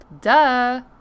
Duh